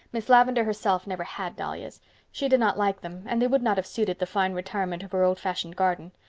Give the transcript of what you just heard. miss lavendar herself never had dahlias she did not like them and they would not have suited the fine retirement of her old-fashioned garden.